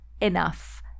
enough